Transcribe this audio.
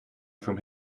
from